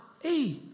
hey